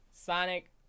sonic